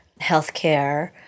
healthcare